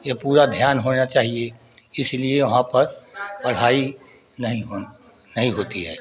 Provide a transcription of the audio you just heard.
ये पूरा ध्यान होना चाहिए इसीलिए वहाँ पर पढ़ाई नहीं हो नहीं होती है